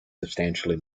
substantially